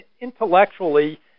Intellectually